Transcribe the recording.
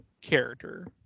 character